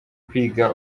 kwiga